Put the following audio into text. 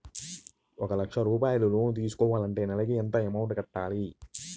ఒక లక్ష రూపాయిలు లోన్ తీసుకుంటే నెలకి ఎంత అమౌంట్ కట్టాలి?